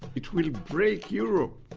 it will break europe!